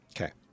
Okay